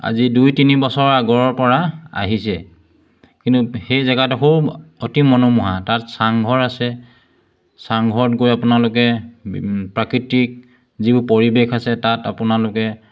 আজি দুই তিনি বছৰ আগৰ পৰা আহিছে কিন্তু সেই জেগাটো সৰু অতি মনোমোহা তাত চাংঘৰ আছে চাংঘৰত গৈ আপোনালোকে প্ৰাকৃতিক যিবোৰ পৰিৱেশ আছে তাত আপোনালোকে